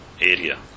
area